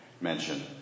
mention